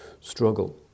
struggle